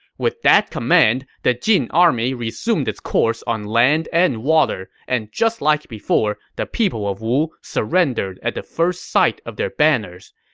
with that command, the jin army resumed its course on land and water, and just like before, the people of wu surrendered at the first sight of their banners.